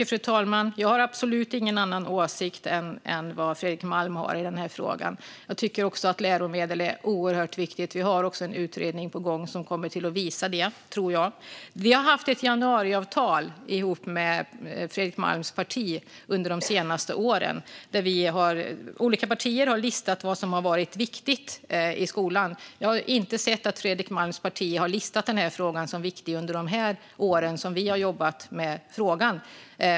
Fru talman! Jag har absolut ingen annan åsikt än den Fredrik Malm har i den här frågan. Jag tycker också att läromedel är oerhört viktigt, och vi har en utredning på gång som jag tror kommer att visa det. Vi har haft ett januariavtal ihop med Fredrik Malms parti under de senaste åren. I det har olika partier listat vad som har varit viktigt i skolan, och jag har inte sett att Fredrik Malms parti har listat den här frågan som viktig under de år vi har jobbat med frågan.